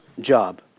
job